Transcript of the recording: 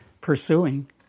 pursuing